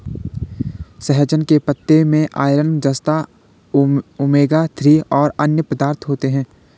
सहजन के पत्ते में आयरन, जस्ता, ओमेगा थ्री और अन्य पदार्थ होते है